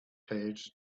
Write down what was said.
page